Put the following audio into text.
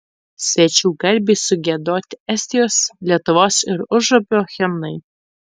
svečių garbei sugiedoti estijos lietuvos ir užupio himnai